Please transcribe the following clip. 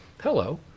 hello